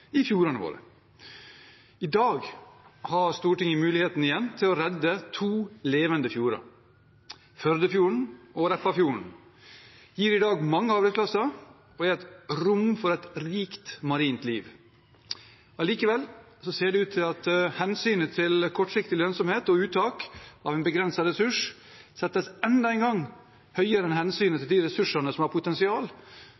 i fjordene våre. I dag har Stortinget igjen mulighet til å redde to levende fjorder. Førdefjorden og Repparfjorden gir i dag mange arbeidsplasser og er et rom for et rikt marint liv. Allikevel ser det ut til at hensynet til kortsiktig lønnsomhet og uttak av en begrenset ressurs enda en gang settes høyere enn hensynet